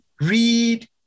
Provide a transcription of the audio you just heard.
read